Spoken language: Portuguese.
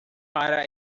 para